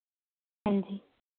ਹਾਂਜੀ